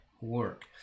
work